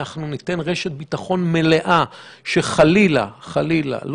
אנחנו ניתן רשת ביטחון מלאה כדי שחלילה לא